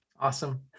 awesome